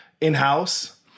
in-house